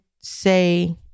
say